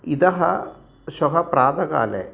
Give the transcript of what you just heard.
अतः श्वः प्रातःकाले